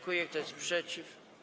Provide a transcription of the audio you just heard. Kto jest przeciw?